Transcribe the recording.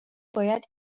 باید